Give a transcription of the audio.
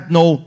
no